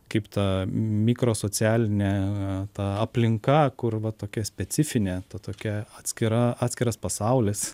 kaip ta mikrosocialinė ta aplinka kur va tokia specifinė ta tokia atskira atskiras pasaulis